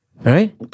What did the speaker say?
right